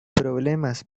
problemas